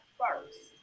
first